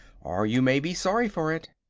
or you may be sorry for it.